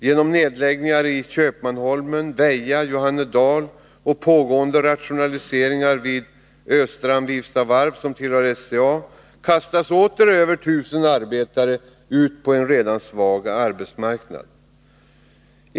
Genom nedläggningarna i Köpmanholmen, Väja, Johannedal och pågående rationaliseringar vid Östrand och Vivstavarv, som tillhör SCA, kastas åter över 1000 arbetare ut på en redan svag arbetsmarknad.